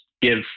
give